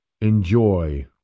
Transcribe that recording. enjoy